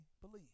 believe